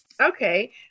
Okay